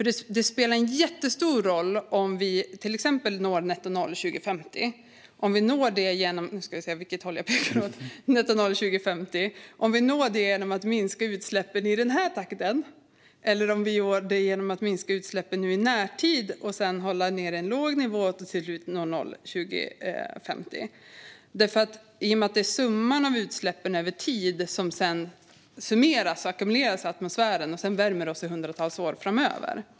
Det spelar en jättestor roll om vi till exempel når nettonoll 2050 genom att minska utsläppen först lite och sedan mer och mer eller om vi gör det genom att minska utsläppen mycket i närtid och sedan hålla en låg nivå till slutmålet 2050, i och med att det är utsläppen över tid som summeras och ackumuleras i atmosfären och sedan värmer oss i hundratals år framöver.